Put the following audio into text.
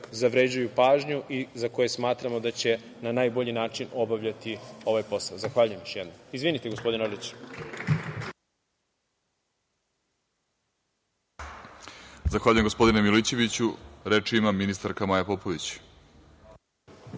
zavređuju pažnju i za koje smatramo da će na najbolji način obavljati ovaj posao. Zahvaljujem još jednom. **Vladimir Orlić** Zahvaljujem, gospodine Milićeviću. Reč ima ministarka Maja Popović.